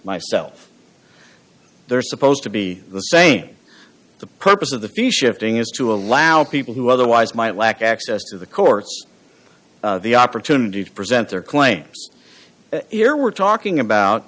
myself they're supposed to be the same the purpose of the fee shifting is to allow people who otherwise might lack access to the courts the opportunity to present their claims here we're talking